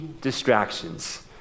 distractions